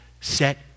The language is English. set